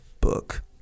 book